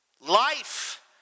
Life